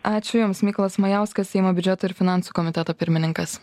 ačiū jums mykolas majauskas seimo biudžeto ir finansų komiteto pirmininkas